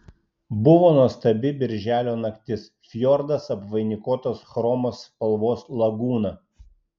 buvo nuostabi birželio naktis fjordas apvainikuotas chromo spalvos lagūna